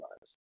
lives